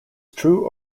true